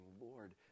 Lord